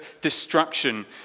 destruction